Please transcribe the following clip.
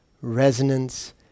resonance